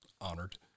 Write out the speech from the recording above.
honored